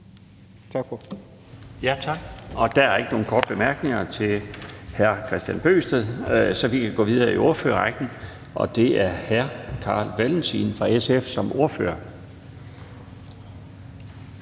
Laustsen): Tak. Der er ikke nogen korte bemærkninger til hr. Kristian Bøgsted, og vi kan gå videre i ordførerrækken til hr. Carl Valentin fra SF. Værsgo.